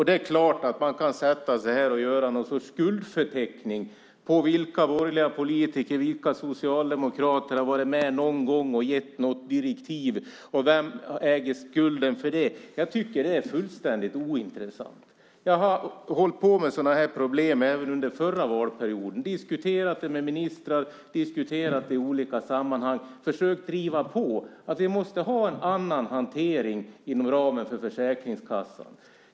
Det är klart att man kan sätta sig och göra något slags skuldförteckning över vilka borgerliga och socialdemokratiska politiker som någon gång har varit med och gett något direktiv och vem som äger skulden. Men jag tycker att det är fullständigt ointressant. Jag har hållit på med sådana här problem även under förra valperioden, diskuterat dem i olika sammanhang med ministrar och andra och försökt driva på. Vi måste ha en annan hantering inom ramen för Försäkringskassan.